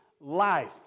life